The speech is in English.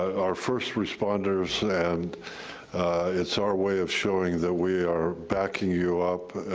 are first responders and it's our way of showing that we are backing you up,